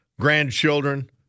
grandchildren